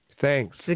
Thanks